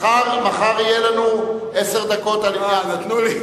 מחר יהיו לנו עשר דקות לעניין הזה.